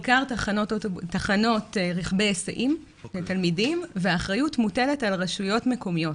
בעיקר רכבי היסעים לתלמידים והאחריות מוטלת על רשויות מקומיות.